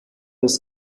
des